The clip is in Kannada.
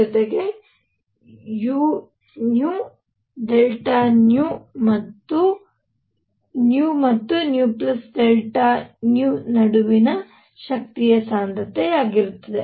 ಜೊತೆಗೆ u ಮತ್ತು ನಡುವಿನ ಶಕ್ತಿಯ ಸಾಂದ್ರತೆಯಾಗಿರುತ್ತದೆ